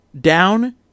down